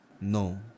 no